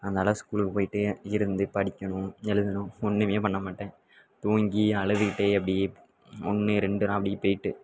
அதனால் ஸ்கூலுக்கு போய்விட்டு இருந்து படிக்கணும் எழுதணும் ஒன்றுமே பண்ண மாட்டேன் தூங்கி அழுதுக்கிட்டே அப்படியே ஒன்று ரெண்டெல்லாம் அப்படி போய்விட்டு